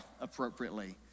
appropriately